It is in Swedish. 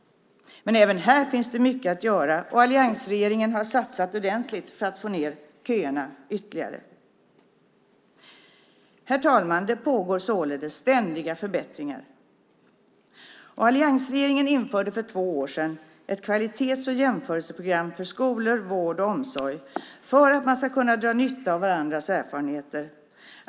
Men även här finns det mycket att göra, och alliansregeringen har satsat ordentligt för att få ned köerna ytterligare. Herr talman! Det pågår således ständiga förbättringar. Alliansregeringen införde för två år sedan ett kvalitets och jämförelseprogram för skolor, vård och omsorg för att man ska kunna dra nytta av varandras erfarenheter.